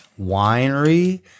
winery